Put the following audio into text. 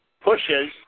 pushes